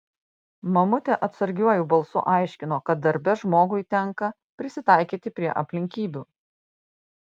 mamutė atsargiuoju balsu aiškino kad darbe žmogui tenka prisitaikyti prie aplinkybių